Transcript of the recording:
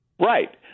Right